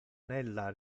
nella